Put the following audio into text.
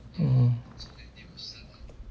mm